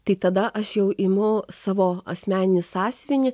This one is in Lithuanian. tai tada aš jau imu savo asmeninį sąsiuvinį